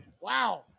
Wow